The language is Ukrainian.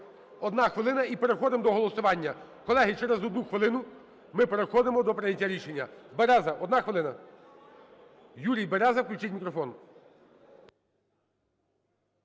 одна хвилина, і переходимо до голосування. Колеги, через одну хвилину ми переходимо до прийняття рішення. Береза, одна хвилина. Юрій Береза. Включіть мікрофон.